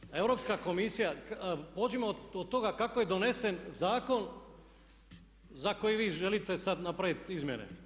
Međutim, Europska komisija, pođimo od toga kako je donesen zakon za koji vi želite sada napraviti izmjene.